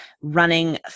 running